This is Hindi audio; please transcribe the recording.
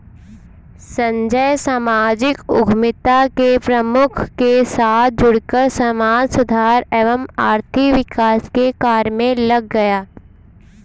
संजय सामाजिक उद्यमिता के प्रमुख के साथ जुड़कर समाज सुधार एवं आर्थिक विकास के कार्य मे लग गया